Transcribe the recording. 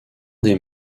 des